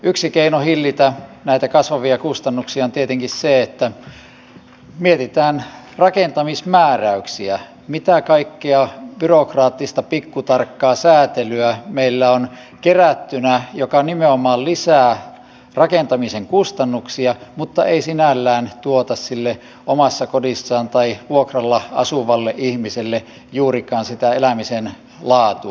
yksi keino hillitä näitä kasvavia kustannuksia on tietenkin se että mietitään rakentamismääräyksiä mitä kaikkea byrokraattista pikkutarkkaa säätelyä meillä on kerättynä joka nimenomaan lisää rakentamisen kustannuksia mutta ei sinällään tuota sille omassa kodissaan tai vuokralla asuvalle ihmiselle juurikaan sitä elämisen laatua